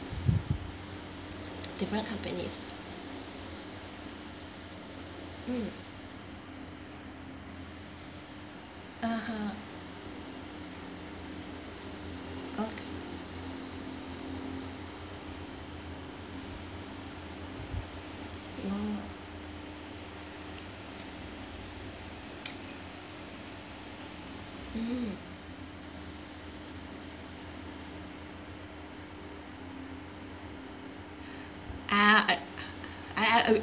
different companies mm ah ha okay mm ah uh I I uh